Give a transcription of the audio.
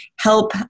help